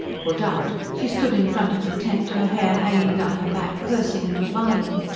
put out, she stood in front of the tent, her hair hanging down her back, cursing and reviling.